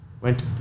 went